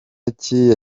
kiriya